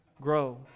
grow